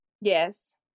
yes